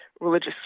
religious